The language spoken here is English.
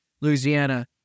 Louisiana